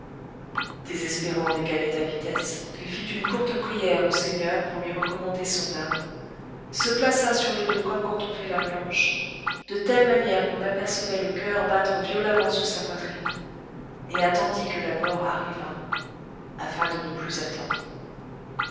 désespérant d'égaler ta vitesse il fit une courte prière au seigneur pour lui recommander son âme se plaça sur le dos comme quand on fait la planche de telle manière qu'on apercevait le coeur battre violemment sous sa poitrine et attendit que la mort arrivât afin de ne plus attendre